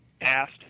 asked